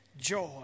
joy